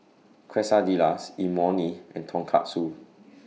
Quesadillas Imoni and Tonkatsu